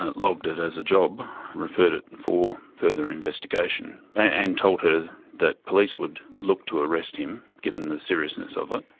ah logged it as a job, referred it and for further investigation, and told her that police would look to arrest him given the seriousness of it,